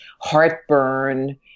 heartburn